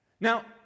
Now